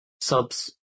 subs